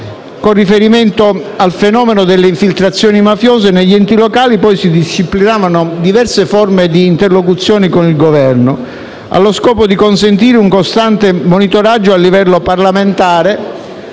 Con riferimento al fenomeno delle infiltrazioni mafiose negli enti locali, poi, si disciplinavano diverse forme di interlocuzione con il Governo, allo scopo di consentire un costante monitoraggio, a livello parlamentare,